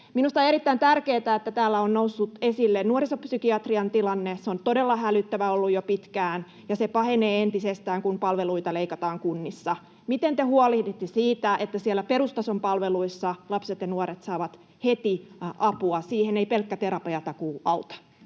Minusta on erittäin tärkeätä, että täällä on noussut esille nuorisopsykiatrian tilanne. Se on todella hälyttävä ollut jo pitkään, ja se pahenee entisestään, kun palveluita leikataan kunnissa. Miten te huolehditte siitä, että siellä perustason palveluissa lapset ja nuoret saavat heti apua? Siihen ei pelkkä terapiatakuu auta.